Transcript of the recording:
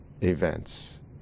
events